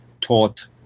taught